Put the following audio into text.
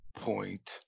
point